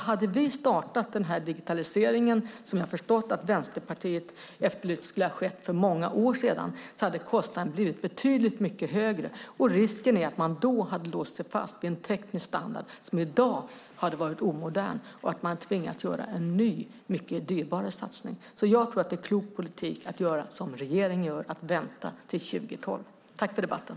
Hade vi startat den här digitaliseringen, som jag har förstått att Vänsterpartiet ville, för många år sedan hade kostnaden blivit betydligt mycket högre. Risken är att man då hade låst sig fast vid en teknisk standard som i dag hade varit omodern. Då hade man tvingats göra en ny mycket dyrare satsning. Jag tror att det är klok politik att göra som regeringen gör, att vänta till 2012. Tack för debatten!